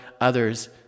others